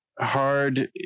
hard